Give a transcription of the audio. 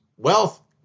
Wealth